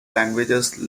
languages